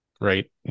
right